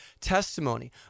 testimony